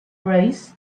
grace